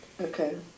Okay